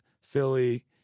Philly